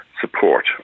support